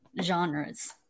genres